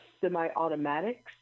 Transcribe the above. semi-automatics